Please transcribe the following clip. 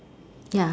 ya